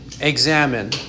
examine